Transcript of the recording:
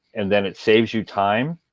and then it saves you time,